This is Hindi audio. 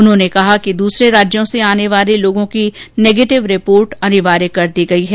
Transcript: उन्होंने कहा कि दूसरे राज्यों से आने वाले लोगों की नेगेटिव रिपोर्ट अनिवार्य कर दी गई है